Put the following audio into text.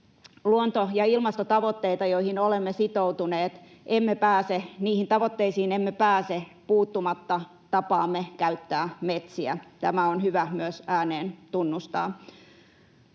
luonto- ja ilmastotavoitteisiin, joihin olemme sitoutuneet, emme pääse puuttumatta tapaamme käyttää metsiä. Tämä on hyvä myös ääneen tunnustaa.